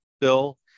bill